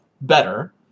better